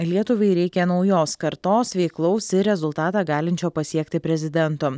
lietuvai reikia naujos kartos veiklaus ir rezultatą galinčio pasiekti prezidento